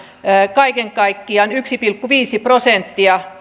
kaiken kaikkiaan yksi pilkku viisi prosenttia